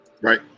Right